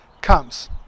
comes